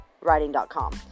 writing.com